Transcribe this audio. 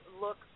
look